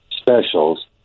specials